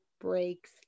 breaks